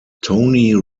tony